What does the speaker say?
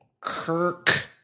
Kirk